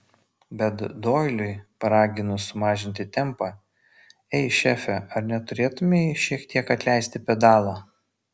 bet doiliui paraginus sumažinti tempą ei šefe ar neturėtumei šiek tiek atleisti pedalo